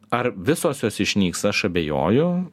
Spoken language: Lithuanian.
ar visos jos išnyks aš abejoju